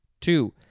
Two